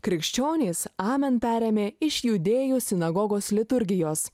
krikščionys amen perėmė iš judėjų sinagogos liturgijos